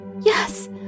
Yes